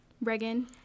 Reagan